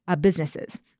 businesses